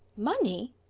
money!